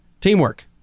teamwork